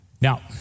Now